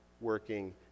working